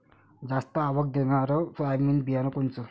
जास्त आवक देणनरं सोयाबीन बियानं कोनचं?